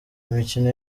imikino